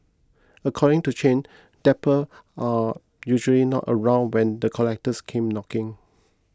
according to Chen debtor are usually not around when the collectors came knocking